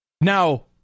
Now